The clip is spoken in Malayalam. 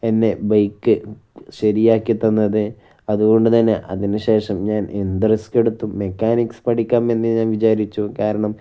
എന്നെ ബൈക്ക് ശരിയാക്കി തന്നത് അതുകൊണ്ട് തന്നെ അതിന് ശേഷം ഞാൻ എന്ത് റിസ്ക് എടുത്തും മെക്കാനിക്സ് പഠിക്കാമെന്ന് ഞാൻ വിചാരിച്ചു കാരണം